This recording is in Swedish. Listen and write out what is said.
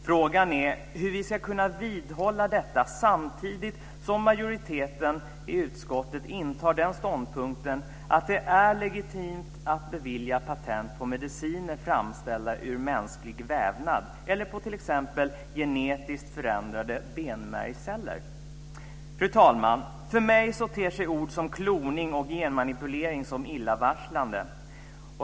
Frågan är hur vi ska kunna vidhålla detta samtidigt som majoriteten i utskottet intar den ståndpunkten att det är legitimt att bevilja patent på mediciner framställda ur mänsklig vävnad eller på t.ex. genetiskt förändrade benmärgsceller. Fru talman! För mig ter sig ord som kloning och genmanipulering illavarslande.